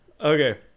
Okay